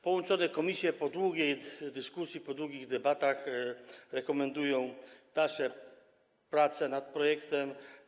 Połączone komisje po długiej dyskusji, po długich debatach rekomendują dalsze prace nad projektem.